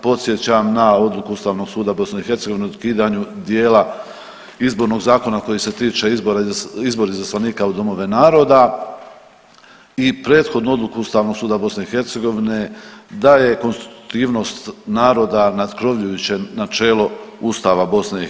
Podsjećam na odluku Ustavnog suda BiH o ukidanju dijela izbornog zakona koji se tiče izbora izaslanika u domove narode i prethodnu odluku Ustavnog suda BiH da je konstitutivnost naroda nadkrovljujuće načelo Ustava BiH.